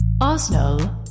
Arsenal